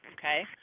okay